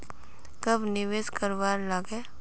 कब निवेश करवार लागे?